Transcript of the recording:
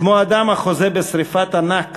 כמו אדם החוזה בשרפת ענק